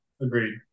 Agreed